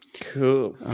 Cool